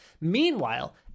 Meanwhile